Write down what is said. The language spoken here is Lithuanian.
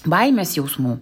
baimės jausmų